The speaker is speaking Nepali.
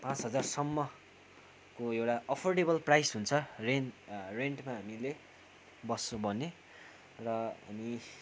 पाँच हजारसम्मको एउटा अफोर्डेबल प्राइज हुन्छ रेन्टमा हामीले बस्छौँ भने र हामी